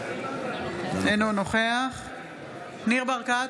אינו נוכח ניר ברקת,